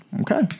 Okay